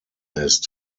ist